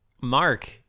Mark